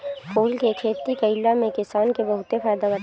फूल के खेती कईला में किसान के बहुते फायदा बाटे